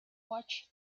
watch